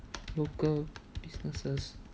local businesses